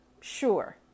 sure